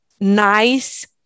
nice